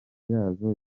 yazo